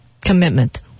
commitment